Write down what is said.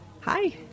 Hi